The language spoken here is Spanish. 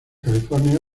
california